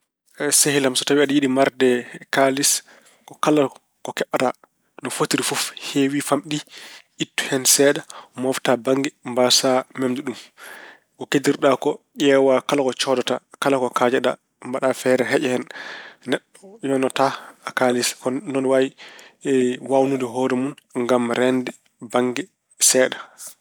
Sehil am, so tawi aɗa yiɗi marde kaalis, ko kala ko keɓata, no fotiri fof, heewi, faamɗi, ittu hen seeɗa mooftaa bannge, mbasaa memde ɗum. Ko keddoriɗa ko ƴeewa kala ko coodata, kala ko kaajaɗa, mbaɗa feere heƴa hen. Neɗɗo yonnataa kaalis kono ina waawi waawnude hoore mon ngam reende bannge seeɗa.